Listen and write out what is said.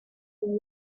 day